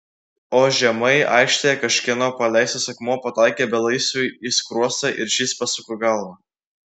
o žemai aikštėje kažkieno paleistas akmuo pataikė belaisviui į skruostą ir šis pasuko galvą